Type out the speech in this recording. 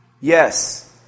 Yes